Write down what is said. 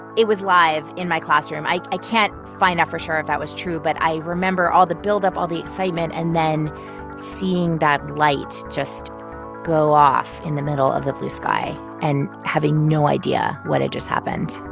it was live in my classroom. i can't find out for sure if that was true, but i remember all the buildup, all the excitement and then seeing that light just go off in the middle of the blue sky and having no idea what had just happened.